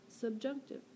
subjunctive